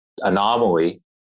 anomaly